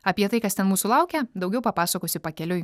apie tai kas ten mūsų laukia daugiau papasakosiu pakeliui